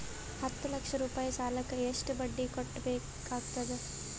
ಹತ್ತ ಲಕ್ಷ ರೂಪಾಯಿ ಸಾಲಕ್ಕ ಎಷ್ಟ ಬಡ್ಡಿ ಕಟ್ಟಬೇಕಾಗತದ?